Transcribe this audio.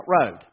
Road